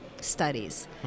studies